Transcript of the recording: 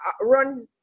run